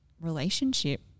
relationship